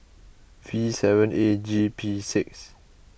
V seven A G P six